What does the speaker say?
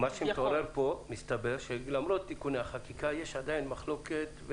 מה שמתעורר פה מסתבר שלמרות תיקוני החקיקה יש עדיין מחלוקת.